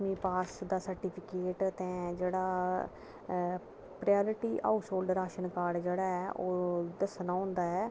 अठमीं पास दा सर्टीफिकेट ते जेह्ड़ा प्रॉयरटी राशन कार्ड जेह्ड़ा ऐ ओह् दस्सना होंदा ऐ